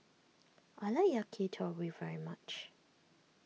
I like Yakitori very much